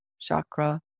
chakra